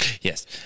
Yes